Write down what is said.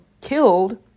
killed